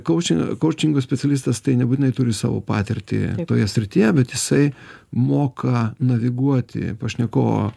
koučen koučingo specialistas tai nebūtinai turi savo patirtį toje srityje bet jisai moka naviguoti pašnekovo